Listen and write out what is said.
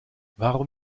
warum